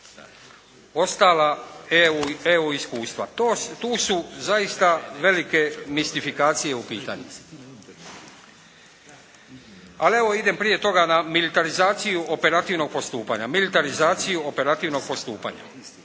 ostala EU iskustva. Tu su zaista velike mistifikacije u pitanju. Ali evo idem prije toga na militarizaciju operativnog postupanja.